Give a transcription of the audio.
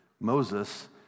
Moses